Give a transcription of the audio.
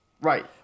Right